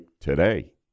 today